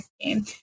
game